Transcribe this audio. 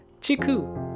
Chiku